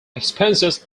expenses